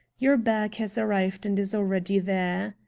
your bag has arrived and is already there.